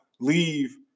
leave